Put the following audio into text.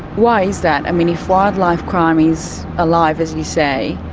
why is that? i mean, if wildlife crime is alive, as you say,